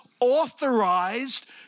Authorized